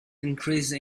increased